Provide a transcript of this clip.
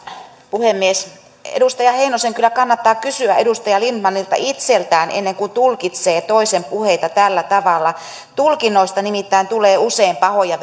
puhemies edustaja heinosen kyllä kannattaa kysyä edustaja lindtmanilta itseltään ennen kuin tulkitsee toisen puheita tällä tavalla tulkinnoista nimittäin tulee usein pahoja